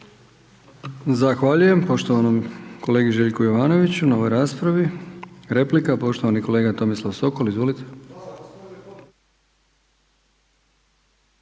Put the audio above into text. Zahvaljujem poštovanom kolegi Željku Jovanoviću na ovoj raspravi. Replika, poštovani kolega Tomislav Sokol. Izvolite.